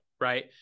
right